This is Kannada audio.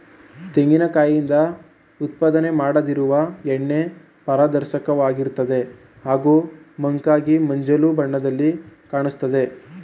ತೆಂಗಿನ ಕಾಯಿಂದ ಉತ್ಪಾದನೆ ಮಾಡದಿರುವ ಎಣ್ಣೆ ಪಾರದರ್ಶಕವಾಗಿರ್ತದೆ ಹಾಗೂ ಮಂಕಾಗಿ ಮಂಜಲು ಬಣ್ಣದಲ್ಲಿ ಕಾಣಿಸ್ತದೆ